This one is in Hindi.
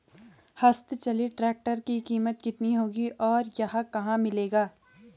हस्त चलित ट्रैक्टर की कीमत कितनी होगी और यह कहाँ मिलेगा?